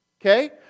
Okay